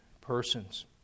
persons